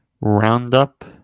Roundup